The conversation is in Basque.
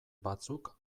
batzuk